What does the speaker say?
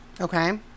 Okay